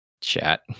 chat